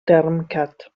termcat